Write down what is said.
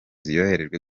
yoherejwe